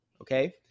Okay